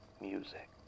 music